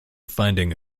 finding